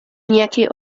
niejakiej